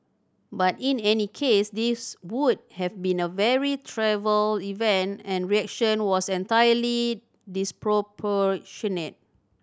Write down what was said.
but in any case this would have been a very trivial event and reaction was entirely disproportionate